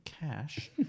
cash